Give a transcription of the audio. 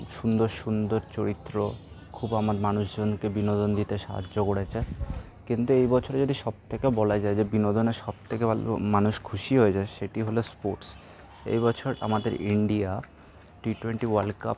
সুন্দর সুন্দর চরিত্র খুব আমার মানুষজনকে বিনোদন দিতে সাহায্য করেছে কিন্তু এই বছরের সব থেকে বলা যায় যে বিনোদনে সব থেকে ভালো মানুষ খুশি হয়ে যায় সেটি হলো স্পোর্টস এই বছর আমাদের India T twenty world cup